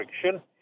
friction